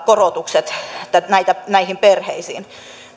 korotukset osuvat näihin perheisiin